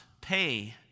pay